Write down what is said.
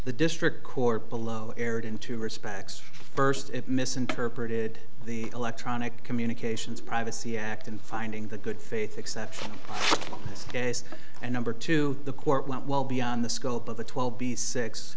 the district court below aired in two respects first it misinterpreted the electronic communications privacy act in finding the good faith exceptional case and number two the court went well beyond the scope of the twelve b six